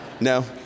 No